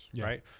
right